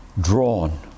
drawn